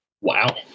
Wow